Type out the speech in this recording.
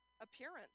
appearance